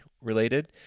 related